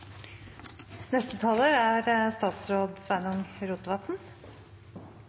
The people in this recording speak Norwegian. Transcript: Neste talar er